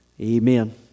Amen